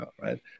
right